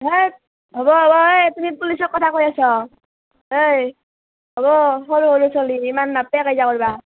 ধেৎ হ'ব হ'ব এই তুমি পুলিচক কথা কৈ আছা অই অঁ সৰু সৰু চলি ইমান নাপ্পে কাজিয়া কৰিব